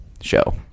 show